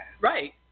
Right